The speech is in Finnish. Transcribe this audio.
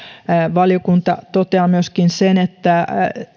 valiokunta toteaa myöskin